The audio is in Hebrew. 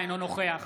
אינו נוכח